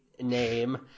name